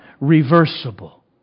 reversible